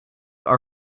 our